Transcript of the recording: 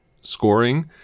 scoring